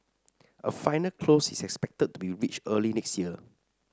a final close is expected to be reached early next year